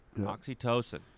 Oxytocin